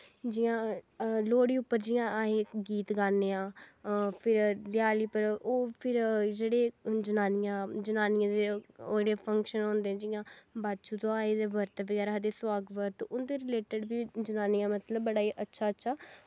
जियां लोह्ड़ी उप्पर जियां असें गीत गान्ने आं फिर देयाली उप्पर फिर ओह् हून जनानियां जनानियें दे ओह् जेह्ड़े फंक्शन होंदे जियां बच्छदुआह् आई ते बर्त बगैरा आखदे सुहाग बर्त उंदे रिलेटड बी जनानियां मतलव बड़ा ई अच्छा अच्छा